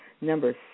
number